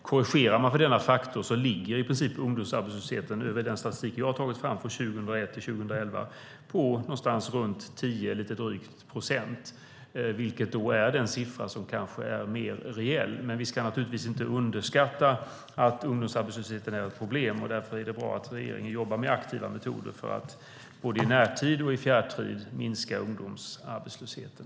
Korrigerar man för denna faktor ligger ungdomsarbetslösheten enligt den statistik som jag har tagit fram från 2001 till 2011 på lite drygt 10 procent, vilket kanske är den siffra som är mer reell. Men vi ska naturligtvis inte underskatta att ungdomsarbetslösheten är ett problem. Därför är det bra att regeringen jobbar med aktiva metoder för att både i närtid och i fjärrtid minska ungdomsarbetslösheten.